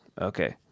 Okay